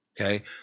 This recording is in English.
Okay